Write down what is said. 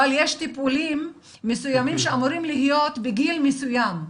אבל יש טיפולים מסוימים שאמורים להיות בגיל מסוים.